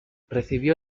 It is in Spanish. recibió